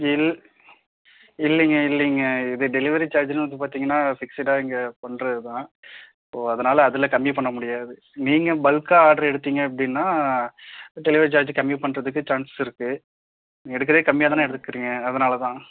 இல் இல்லைங்க இல்லைங்க இது டெலிவரி சார்ஜ்ன்னு வந்து பார்த்தீங்கன்னா பிக்ஸ்டாக இங்கே பண்ணுறதுதான் இப்போ அதனால் அதில் கம்மி பண்ண முடியாது நீங்கள் பல்க்காக ஆர்டர் எடுத்தீங்க அப்படின்னா டெலிவரி சார்ஜ் கம்மி பண்ணுறதுக்கு சான்ஸ்சஸ் இருக்கு எடுக்கறதே கம்மியாக தானே எடுக்குறீங்க அதனால தான்